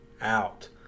out